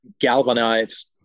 galvanize